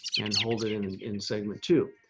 and hold it in and in segment two.